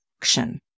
action